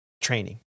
training